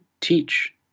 teach